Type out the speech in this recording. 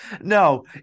No